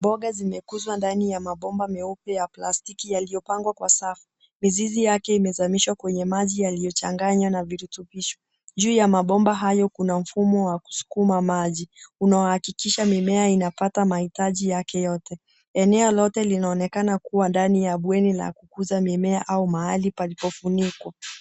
Mboga zimekuzwa ndani ya mabomba meupe ya plastiki yaliyopangwa kwa safu. Mizizi yake imezamishwa kwenye maji yaliyochanganywa na virutubisho. Juu ya mabomba hayo kuna mfumo wa kusukuma maji unaohakikisha mimea inapata mahitaji yake yote. Eneo lote linaonekana kuwa ndani ya bweni la kukuza mimea au mahali palipofunikwa.